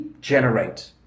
generate